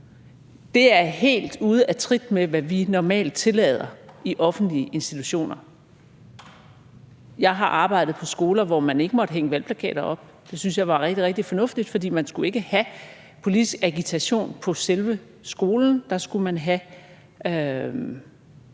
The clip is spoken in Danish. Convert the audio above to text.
Det er helt ude af trit med, hvad vi normalt tillader i offentlige institutioner. Jeg har arbejdet på skoler, hvor man ikke måtte hænge valgplakater op. Det syntes jeg var rigtig, rigtig fornuftigt, for man skulle ikke have politisk agitation på selve skolen. Der skulle man have